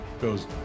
goes